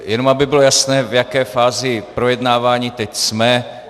Jenom aby bylo jasné, v jaké fázi projednávání teď jsme.